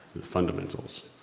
the fundamentals.